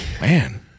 Man